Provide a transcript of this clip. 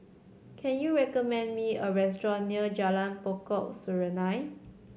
can you recommend me a restaurant near Jalan Pokok Serunai